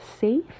safe